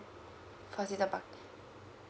first season park